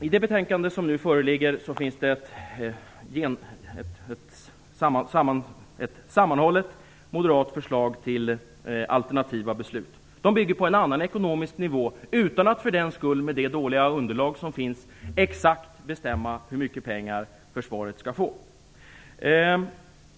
I nu föreliggande betänkande finns det ett sammanhållet moderat förslag till alternativa beslut som bygger på en annan ekonomisk nivå - utan att för den skull, utifrån det dåliga underlag som finns - exakt bestämma hur mycket pengar försvaret skall få.